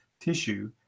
tissue